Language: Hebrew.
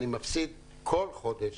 אני מפסיד כל חודש